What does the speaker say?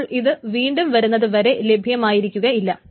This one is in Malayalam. അപ്പോൾ ഇത് വീണ്ടും വരുന്നതു വരെ ലഭ്യമായിരിക്കുകയില്ല